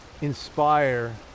inspire